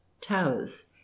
towers